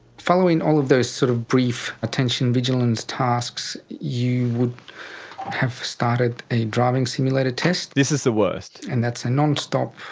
following all of those sort of brief attention vigilance tasks, you would have started a driving simulator test. this is the worst. and that's a non-stop,